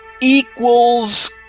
equals